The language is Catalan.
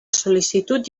sol·licitud